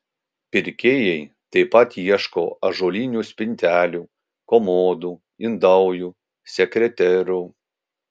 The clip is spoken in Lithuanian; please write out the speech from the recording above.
pirkėjai taip pat ieško ąžuolinių spintelių komodų indaujų sekreterų